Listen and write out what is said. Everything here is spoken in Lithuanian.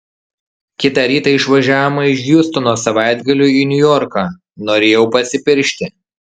kitą rytą išvažiavome iš hjustono savaitgaliui į niujorką norėjau pasipiršti